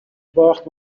باخت